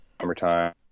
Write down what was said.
summertime